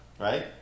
right